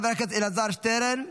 חבר הכנסת אלעזר שטרן,